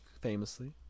famously